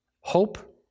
hope